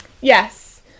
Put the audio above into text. Yes